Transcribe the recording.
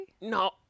no